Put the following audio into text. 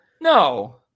No